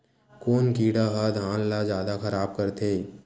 कोन कीड़ा ह धान ल जादा खराब करथे?